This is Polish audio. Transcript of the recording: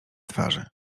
twarzy